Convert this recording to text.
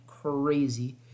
Crazy